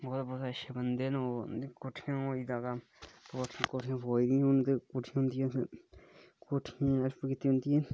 कोठियां फकोई दी ही उंदियां ते उंदी मदद कीती